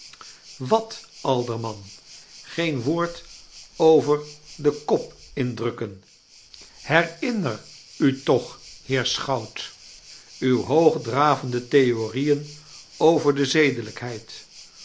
wat alderman geen woord over den kop indrukken herinner u toch heer sellout i uwe hoogdravende theorieen over de zedelijkheid